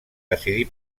decidí